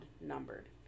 numbered